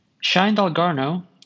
Shine-Dalgarno